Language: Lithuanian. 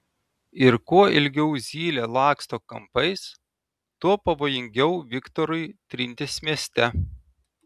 ir kuo ilgiau zylė laksto kampais tuo pavojingiau viktorui trintis mieste